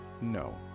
no